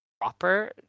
proper